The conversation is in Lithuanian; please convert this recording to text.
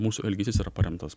mūsų elgesys yra paremtas